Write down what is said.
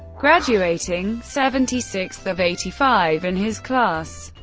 graduating seventy sixth of eighty five in his class.